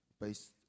based